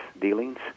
dealings